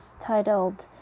titled